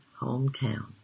Hometown